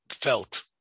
Felt